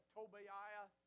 Tobiah